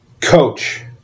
coach